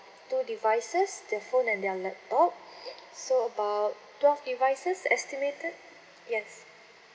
two devices their phone and their laptop so about twelve devices estimated yes